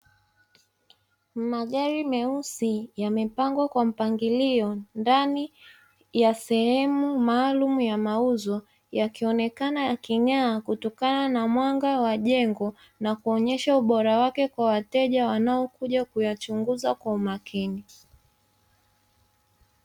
Magari meusi yamepangwa kwa mpangilio ndani ya sehemu maalumu ya mauzo, yakionekana yaking'aa kutokana na mwanga wa jengo, na kuonyesha ubora wake kwa wateja wanaokuja kuyachunguza kwa umakini.